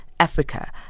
Africa